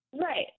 Right